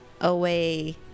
away